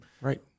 Right